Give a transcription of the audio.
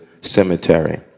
cemetery